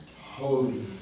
Holy